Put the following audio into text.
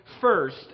first